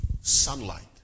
sunlight